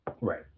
right